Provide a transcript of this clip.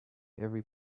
every